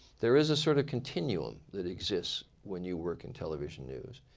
there is a sort of continuum that exists when you work in television news.